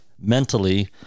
mentally